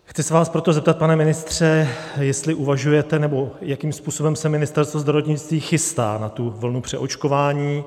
Chci se vás proto zeptat, pane ministře, jestli uvažujete, nebo jakým způsobem se Ministerstvo zdravotnictví chystá na tu vlnu přeočkování.